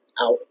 out